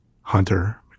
Hunter